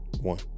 One